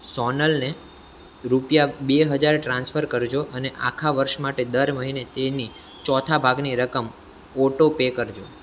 સોનલને રૂપિયા બે હજાર ટ્રાન્સફર કરજો અને આખા વર્ષ માટે દર મહિને તેની ચોથા ભાગની રકમ ઓટો પે કરજો